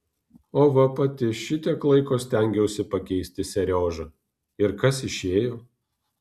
o va pati šitiek laiko stengiausi pakeisti seriožą ir kas išėjo